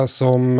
som